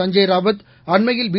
சஞ்சய் ராவத் அன்மையில் பி